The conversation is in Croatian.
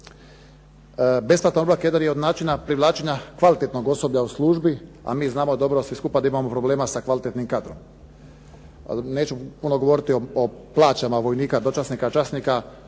Besplatan obrok jedan je od načina privlačenja kvalitetnog osoblja u službi, a mi znamo dobro svi skupa da imamo problema sa kvalitetnim kadrom. Neću puno govoriti o plaćama vojnika, dočasnika, časnika,